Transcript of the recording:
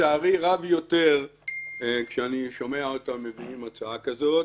צערי רב יותר כשאני שומע אותם מביאים הצעה כזאת